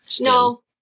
No